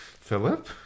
Philip